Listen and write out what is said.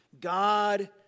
God